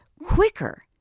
quicker